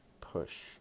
push